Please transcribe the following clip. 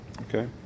Okay